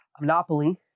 monopoly